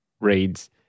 reads